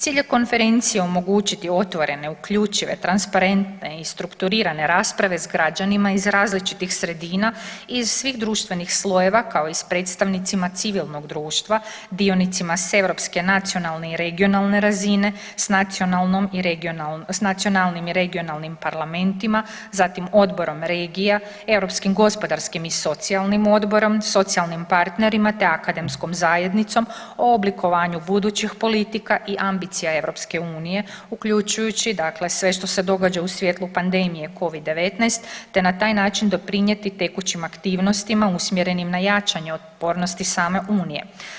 Cilj je Konferencije omogućiti otvorene, uključive, transparentne i strukturirane rasprave s građanima iz različitih sredina iz svih društvenih slojeva kao i s predstavnicima civilnog društva, dionicima s europske nacionalne i regionalne razine, s nacionalnim i regionalnim parlamentima, zatim s Odborom regija, Europskim gospodarskim i socijalnim odborom, socijalnim partnerima te akademskom zajednicom o oblikovanju budućih politika i ambicija Europske unije uključujući dakle sve što se događa u svjetlu pandemije Covid-19 te na taj način doprinijeti tekućim aktivnostima usmjerenim na jačanje otpornosti same Unije.